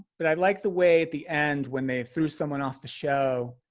but i like the way at the end when they threw someone off the show,